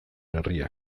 herria